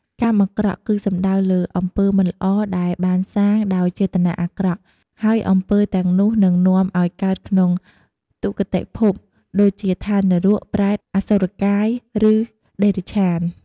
កម្មអាក្រក់ គឺសំដៅលើអំពើមិនល្អដែលបានសាងដោយចេតនាអាក្រក់ ហើយអំពើទាំងនោះនឹងនាំឲ្យកើតក្នុងទុគតិភព ដូចជាឋាននរក ប្រេត អសុរកាយ ឬតិរច្ឆាន។